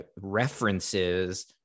references